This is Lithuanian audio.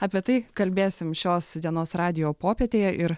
apie tai kalbėsim šios dienos radijo popietėje ir